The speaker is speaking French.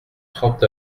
trente